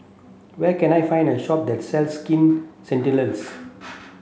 where can I find a shop that sells Skin Ceuticals